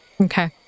Okay